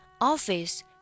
office